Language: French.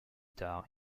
tard